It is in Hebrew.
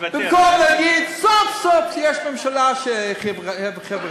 במקום להגיד: סוף-סוף יש ממשלה חברתית,